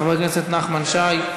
חבר הכנסת נחמן שי,